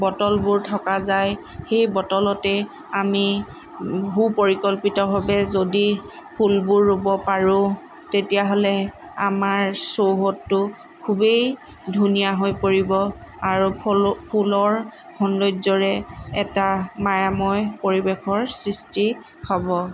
বটলবোৰ থকা যায় সেই বটলতেই আমি সু পৰিকল্পিতভাৱে যদি ফুলবোৰ ৰুব পাৰোঁ তেতিয়াহ'লে আমাৰ চৌহদটো খুবেই ধুনীয়া হৈ পৰিব আৰু ফল' ফুলৰ সৌন্দৰ্য্যৰে এটা মায়াময় পৰিৱেশৰ সৃষ্টি হ'ব